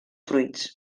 fruits